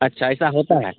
अच्छा ऐसा होता है